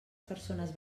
persones